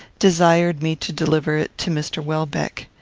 desired me to deliver it to mr. welbeck.